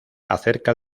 acerca